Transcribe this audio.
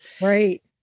Right